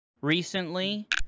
recently